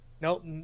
nope